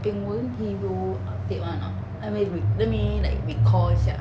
bing wen he will update [one] or not let me recall 一下